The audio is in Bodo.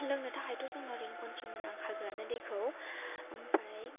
लोंनो थाखायथ' जोंनो ओरैनो खनथिनिउ नांखागोआनो दैखौ ओमफाय